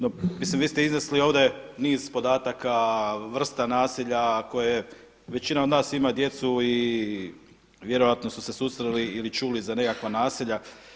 No, mislim vi ste iznesli ovdje niz podataka, vrsta nasilja koje većina od nas ima djecu i vjerojatno su se susreli ili čuli za nekakva nasilja.